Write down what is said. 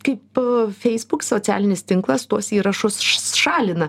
kaip facebook socialinis tinklas tuos įrašus s šalina